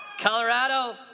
Colorado